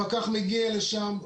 הפקח מגיע לשם,